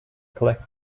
collect